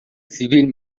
سیبیل